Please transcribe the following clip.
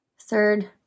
Third